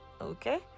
okay